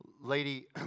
Lady